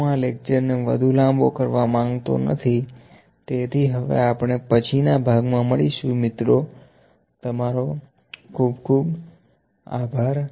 હું આં લેક્ચર ને વધુ લાંબો કરવા માંગતો નથી તેથી હવે આપણે પછીના ભાગમાં મળીશુંમિત્રો તમારો ખુબ આભાર